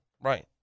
Right